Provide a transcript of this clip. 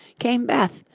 came beth,